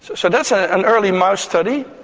so that's ah an early mouse study.